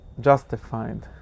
justified